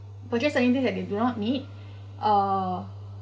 purchase certain thing that they do not need uh